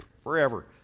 forever